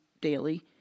daily